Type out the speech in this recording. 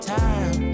time